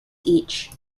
each